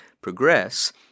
progress